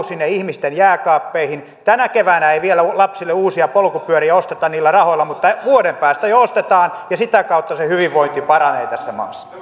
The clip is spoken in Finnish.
sinne ihmisten jääkaappeihin tänä keväänä ei vielä lapsille uusia polkupyöriä osteta niillä rahoilla mutta vuoden päästä jo ostetaan ja sitä kautta se hyvinvointi paranee tässä maassa